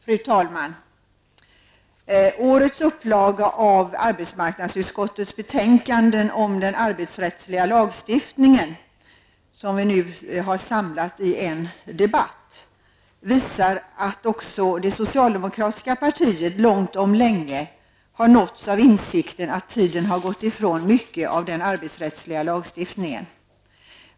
Fru talman! Årets upplaga av arbetsmarknadsutskottets betänkanden om den arbetsrättsliga lagstiftningen, nu samlade till en debatt, visar att också det socialdemokratiska partiet långt om länge har nåtts av insikten att tiden har gått ifrån mycket av den arbetsrättsliga lagstiftningen.